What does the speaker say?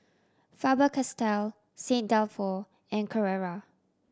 Faber Castell Saint Dalfour and Carrera